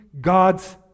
God's